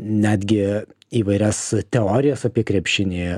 netgi įvairias teorijas apie krepšinį